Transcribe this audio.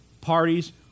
parties